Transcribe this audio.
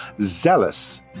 zealous